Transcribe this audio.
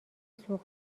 سوق